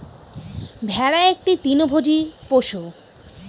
ভেড়া একটি তৃণভোজী পশু